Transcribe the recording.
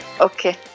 Okay